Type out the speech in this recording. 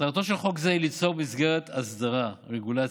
מטרתו של חוק זה היא ליצור מסגרת אסדרה, רגולציה,